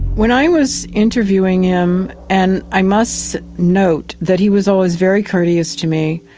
when i was interviewing him, and i must note that he was always very courteous to me,